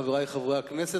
חברי חברי הכנסת,